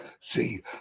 See